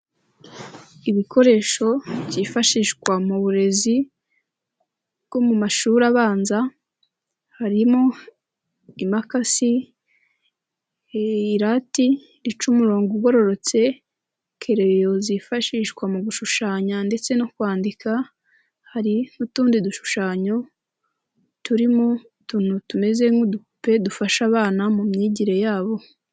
Ibikoresho byifashishwa mu burezi bwo mu mashuri abanza harimo impakas, irati ica umurongo ugororotse, kereyo zifashishwa mu gushushanya ndetse no kwandika, hari n'utundi dushushanyo turimo utuntu tumeze nk'udupupe dufasha abana mu myigire yabo.